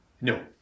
no